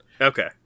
Okay